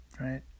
Right